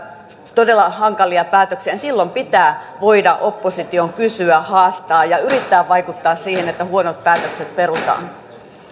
todella hankalia päätöksiä niin silloin pitää voida opposition kysyä haastaa ja yrittää vaikuttaa siihen että huonot päätökset perutaan